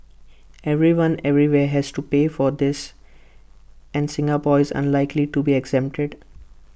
everyone everywhere has to pay for this and Singapore is unlikely to be exempted